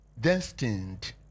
destined